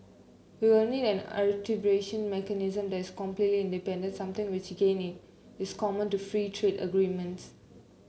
we will need an mechanism that is completely independence something which gaining is common to free trade agreements